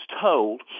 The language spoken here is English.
told